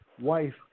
wife